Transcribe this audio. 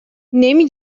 نمی